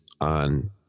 on